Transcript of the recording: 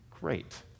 Great